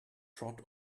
trot